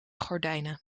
gordijnen